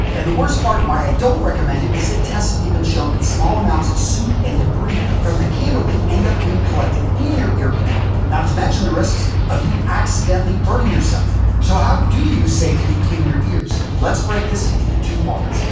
and, the worst part why i don't recommend it is that test have even shown that small amounts of soot and debris from the candle can end up being collected in your ear canal, not to mention the risk of you accidentally burning yourself. so, how do you safely clean your ears? let's break this into two parts.